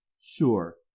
Sure